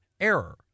error